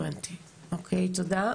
תודה.